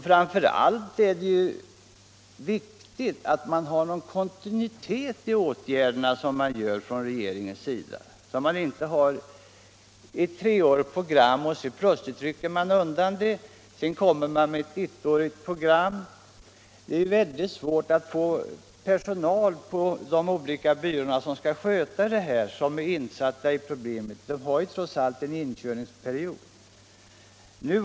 Framför allt är det ju viktigt att det finns någon kontinuitet i regeringens åtgärder. Man bör inte ha ett treårigt program, som sedan plötsligt rycks undan och därefter ersätts av ett ettårigt program. Det är rätt svårt att få personal på de olika byråerna som skall sköta detta och är insatta i problemen. Det behövs trots allt en inkörningsperiod.